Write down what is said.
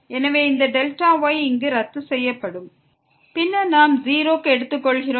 எனவே இந்த Δy இங்கே ரத்து செய்யப்படும் பின்னர் நாம் Δyஐ 0 க்கு எடுத்து செல்கிறோம்